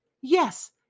Yes